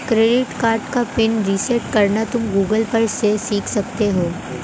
debit card का PIN reset करना तुम गूगल पर से सीख सकते हो